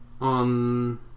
on